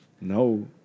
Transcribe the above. No